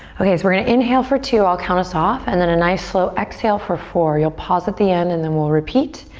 okay so we're gonna inhale for two, i'll count us off and then a nice, slow exhale for four. you'll pause at the end and then we'll repeat.